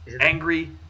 angry